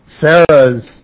Sarah's